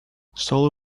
solar